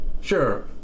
Sure